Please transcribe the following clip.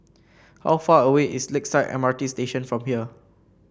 how far away is Lakeside M R T Station from here